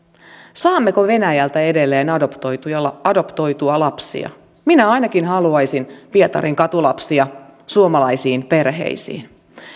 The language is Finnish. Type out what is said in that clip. saammeko venäjältä edelleen adoptoitua lapsia minä ainakin haluaisin pietarin katulapsia suomalaisiin perheisiin